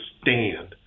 stand